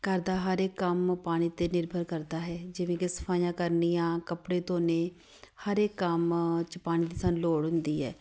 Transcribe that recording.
ਘਰ ਦਾ ਹਰ ਇੱਕ ਕੰਮ ਪਾਣੀ 'ਤੇ ਨਿਰਭਰ ਕਰਦਾ ਹੈ ਜਿਵੇਂ ਕਿ ਸਫਾਈਆਂ ਕਰਨੀਆਂ ਕੱਪੜੇ ਧੋਣੇ ਹਰ ਇੱਕ ਕੰਮ 'ਚ ਪਾਣੀ ਦੀ ਸਾਨੂੰ ਲੋੜ ਹੁੰਦੀ ਹੈ